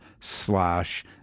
slash